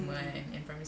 mmhmm